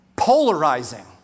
polarizing